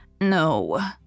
No